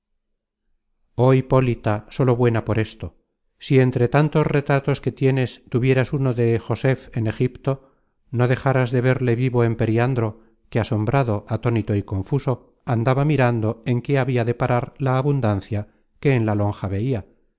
oh hipólita sólo buena por esto si entre tantos retratos que tienes tuvieras uno de josef en egipto no dejaras de verle vivo en periandro que asombrado atónito y confuso andaba mirando en qué habia de parar la abundancia que en la lonja veia